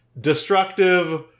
destructive